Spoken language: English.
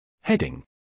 Heading